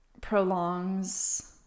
prolongs